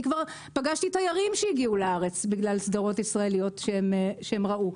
כבר פגשתי תיירים שהגיעו לארץ בגלל סדרות ישראליות שהם ראו.